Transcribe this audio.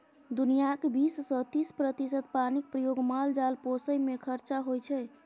दुनियाँक बीस सँ तीस प्रतिशत पानिक प्रयोग माल जाल पोसय मे खरचा होइ छै